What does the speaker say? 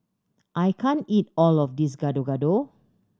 I can't eat all of this Gado Gado